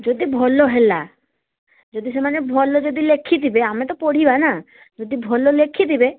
ଯଦି ଭଲ ହେଲା ଯଦି ସେମାନେ ଭଲ ଯଦି ଲେଖିଥିବେ ଆମେ ତ ପଢ଼ିବା ନା ଯଦି ଭଲ ଲେଖିଥିବେ